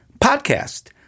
podcast